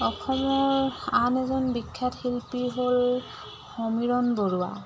অসমৰ আন এজন বিখ্যাত শিল্পী হ'ল সমীৰণ বৰুৱা